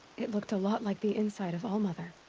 it looked a lot like the inside of all-mother.